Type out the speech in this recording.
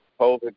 COVID